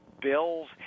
bills